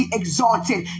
exalted